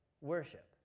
Worship